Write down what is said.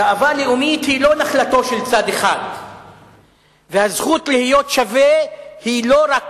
גאווה לאומית היא לא נחלתו של צד אחד והזכות להיות שווה היא לא רק